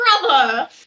brother